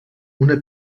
una